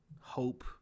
hope